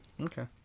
Okay